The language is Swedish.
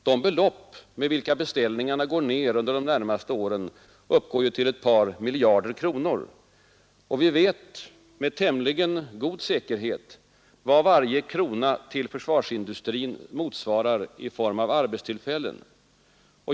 De belopp med vilka beställningarna går ner under de närmaste åren uppgår till ett par miljarder kronor, och vi vet med tämligen stor säkerhet vad varje krona till försvarsindustrin motsvarar i form av arbetstillfällen.